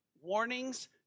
Warnings